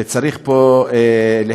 וצריך פה להזכיר,